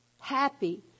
happy